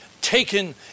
taken